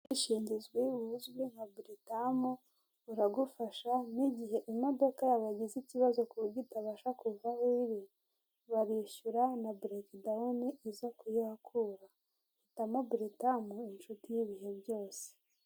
Ubwishingizwe buzwi nka buritamu baragufasha n'igihe imodoka yabo yagize ikibazo kuburyo itabasha kuva aho iri babishyura na baragideni iza kuyihakura hitamo beretamu inshuti y'ibihe byose.